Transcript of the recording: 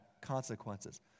consequences